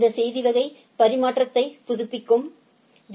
இந்த செய்தி வகை பரிமாற்றத்தைப் புதுப்பிக்கவும் பி